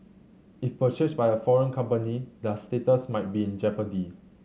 if purchased by a foreign company that status might be in jeopardy